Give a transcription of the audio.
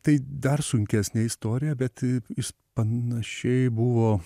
tai dar sunkesnė istorija bet jis panašiai buvo